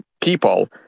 people